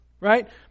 Right